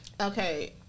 Okay